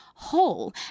Whole